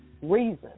reason